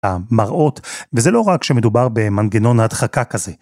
המראות וזה לא רק שמדובר במנגנון ההדחקה כזה.